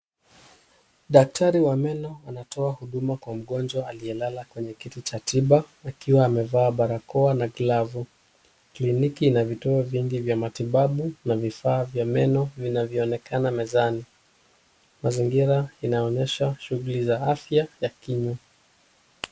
Daktari wa meno anatoa huduma kwa mgonjwa aliyelala kwa itanda cha tiba akiwa amevaa barakoa na glavu. Kliniki ina vituo vingi vya matibabu na vifaa vya meno vinavyoonekana mezani. Mazingira inaonyesha shi=ughuli za afya ya kinywa.